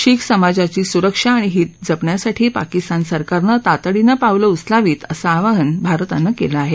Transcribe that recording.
शीख समाजाची सुरक्षा आणि हित जपण्यासाठी पाकिस्तान सरकारनं तातडीनं पावलं उचलावीत असं आवाहन भारतानं केलं आहे